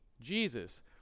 Jesus